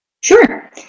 sure